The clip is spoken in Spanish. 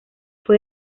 fue